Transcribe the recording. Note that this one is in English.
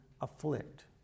afflict